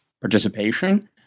participation